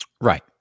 Right